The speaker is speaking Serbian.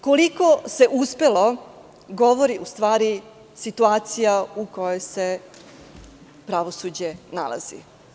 Koliko se uspelo, govori u stvari situacija u kojoj se pravosuđe nalazi.